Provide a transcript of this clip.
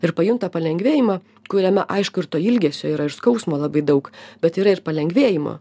ir pajunta palengvėjimą kuriame aišku ir to ilgesio yra ir skausmo labai daug bet yra ir palengvėjimo